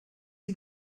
sie